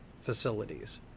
facilities